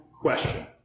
question